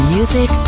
Music